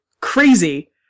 crazy